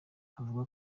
avuga